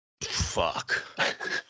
Fuck